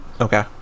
Okay